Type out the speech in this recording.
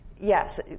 yes